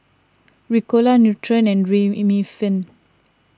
Ricola Nutren and